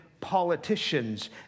politicians